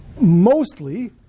Mostly